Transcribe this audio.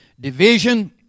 division